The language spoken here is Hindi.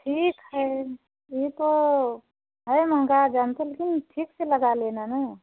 ठीक है यह तो है महँगा जानते हैं लेकिन ठीक से लगा लेना ना